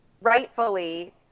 rightfully